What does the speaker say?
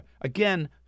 again